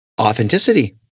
authenticity